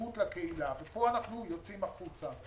הנציבות לקהילה, שפה אנחנו יוצאים החוצה.